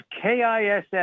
KISS